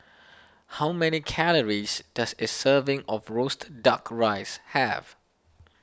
how many calories does a serving of Roasted Duck Rice have